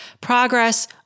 progress